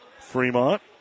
Fremont